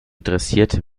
dressiert